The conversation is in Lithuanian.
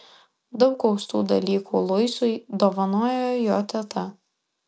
daug austų dalykų luisui dovanojo jo teta